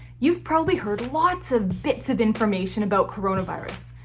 you've probably heard lots of bits of information about coronavirus.